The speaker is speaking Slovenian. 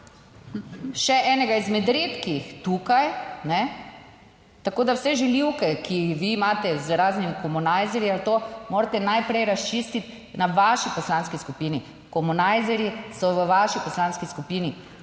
še enega izmed redkih tukaj, tako da vse žaljivke, ki jih vi imate z raznimi komunajzerji ali to, morate najprej razčistiti na vaši poslanski skupini, komunajzerji so v vaši poslanski skupini.